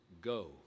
go